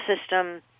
system